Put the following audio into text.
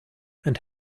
and